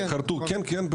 כן,